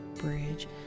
bridge